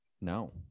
No